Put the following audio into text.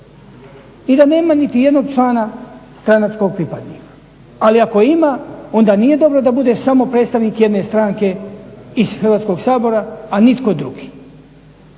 I da nema niti jednog člana stranačkog pripadnika, ali ako ima onda nije dobro da bude samo predstavnik jedne stranke iz Hrvatskog sabora, a nitko drugi.